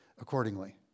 accordingly